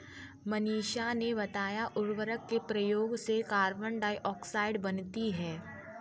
मनीषा ने बताया उर्वरक के प्रयोग से कार्बन डाइऑक्साइड बनती है